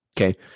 Okay